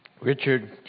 Richard